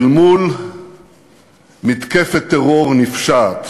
אל מול מתקפת טרור נפשעת,